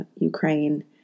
Ukraine